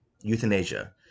euthanasia